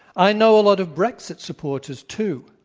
i know a lot of brexit supporters too.